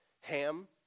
Ham